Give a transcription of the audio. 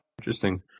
Interesting